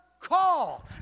call